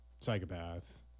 psychopath